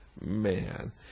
Man